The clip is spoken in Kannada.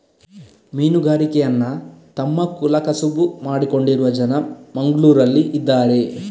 ಮೀನುಗಾರಿಕೆಯನ್ನ ತಮ್ಮ ಕುಲ ಕಸುಬು ಮಾಡಿಕೊಂಡಿರುವ ಜನ ಮಂಗ್ಳುರಲ್ಲಿ ಇದಾರೆ